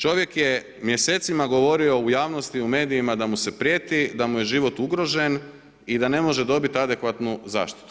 Čovjek je mjesecima govorio u javnosti, u medijima da mu se prijeti, da mu je život ugrožen i da ne može dobiti adekvatnu zaštitu.